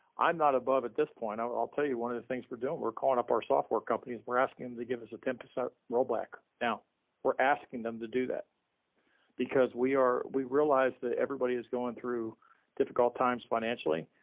i'm not above at this point, i'll tell you one of the things we're doing. we're calling up our software companies. we're asking them to give us a ten percent row back. now we're asking them to do that because we are, we realize that everybody is going through difficult times financially,